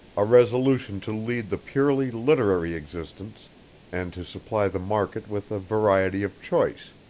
a resolution to lead the purely literary existence and to supply the market with a variety of choice,